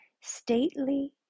stately